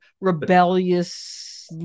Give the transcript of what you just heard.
rebellious